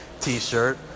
t-shirt